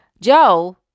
Joe